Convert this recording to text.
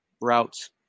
routes